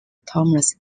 thomas